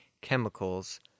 chemicals